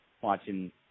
watching